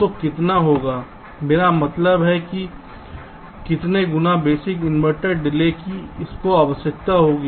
तो कितना होगा मेरा मतलब है कि कितने गुना बेसिक इनवर्टर डिले की इसको आवश्यकता होगी